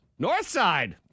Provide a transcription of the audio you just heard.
Northside